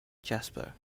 jasper